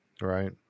Right